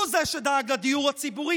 הוא זה שדאג לדיור הציבור,